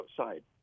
outside